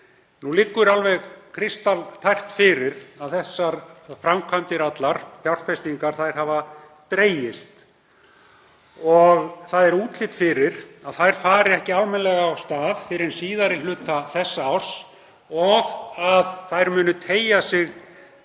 Nú liggur alveg kristaltært fyrir að þessar framkvæmdir allar og fjárfestingar hafa dregist. Það er útlit fyrir að þær fari ekki almennilega af stað fyrr en á síðari hluta þessa árs og að þær muni teygja sig